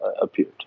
appeared